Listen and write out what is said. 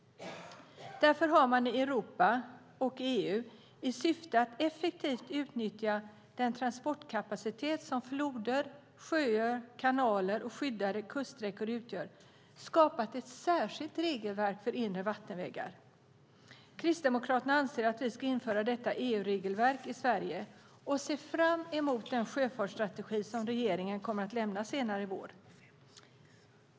I Europa och EU har man därför i syfte att effektivt utnyttja den transportkapacitet som floder, sjöar, kanaler och skyddade kuststräckor utgör skapat ett särskilt regelverk för inre vattenvägar. Kristdemokraterna anser att detta EU-regelverk ska införas i Sverige, och vi ser fram emot den sjöfartsstrategi som regeringen senare i vår kommer att avlämna.